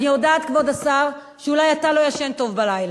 אני יודעת, כבוד השר, שאולי אתה לא ישן טוב בלילה,